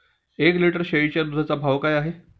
एक लिटर शेळीच्या दुधाचा भाव काय आहे?